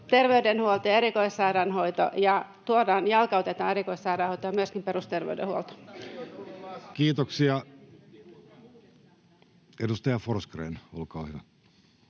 perusterveydenhuolto ja erikoissairaanhoito ja tuodaan, jalkautetaan erikoissairaanhoito ja myöskin perusterveydenhuolto. [Speech 26] Speaker: Jussi Halla-aho